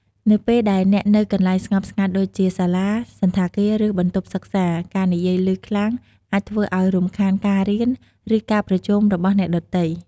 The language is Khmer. នៅពេលដែលអ្នកនៅកន្លែងស្ងប់ស្ងាត់ដូចជាសាលា សណ្ឋាគារ ឬ បន្ទប់សិក្សា ការនិយាយឮខ្លាំងអាចធ្វើឲ្យរំខានការរៀន ឬ ការប្រជុំរបស់អ្នកដទៃ។